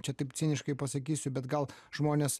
čia taip ciniškai pasakysiu bet gal žmonės